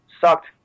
sucked